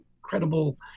incredible